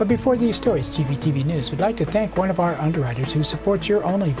but before the stories t v t v news would like to thank one of our underwriters who supports your only